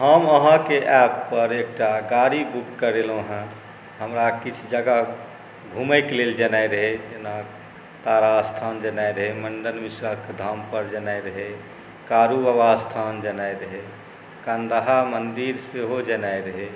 हम अहाँके ऐपपर एकटा गाड़ी बुक करेलहुँ हँ हमरा किछु जगह घुमैके लेल जेनाइ रहै जेना तारास्थान जेनाइ रहै मण्डन मिश्रके धामपर जेनाइ रहै कारूबाबा स्थान जेनाइ रहै कन्दाहा मन्दिर सेहो जेनाइ रहै